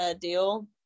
deal